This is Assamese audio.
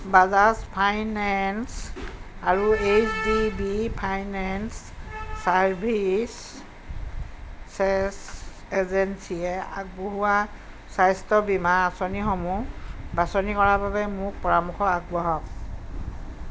বাজাজ ফাইনেন্স আৰু H D B finance services এজেঞ্চিয়ে আগবঢ়োৱা স্বাস্থ্য বীমা আঁচনিসমূহ বাছনি কৰাৰ বাবে মোক পৰামৰ্শ আগবঢ়াওক